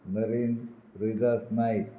Narine Rohidas Naik